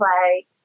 play